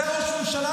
זה ראש ממשלה